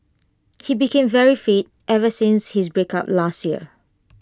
he became very fit ever since his breakup last year